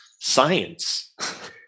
science